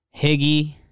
Higgy